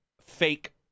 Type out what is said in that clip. fake